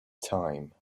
time